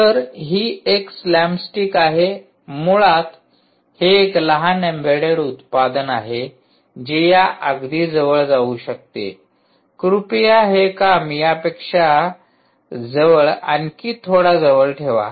तर ही एक स्लॅम स्टिक आहे मुळात हे एक लहान एम्बेडेड उत्पादन आहे जे या अगदी जवळ जाऊ शकते कृपया हे काम यापेक्षा जवळ आणखी थोडा जवळ ठेवा